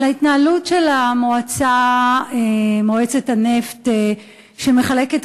על ההתנהלות של מועצת הנפט, שמחלקת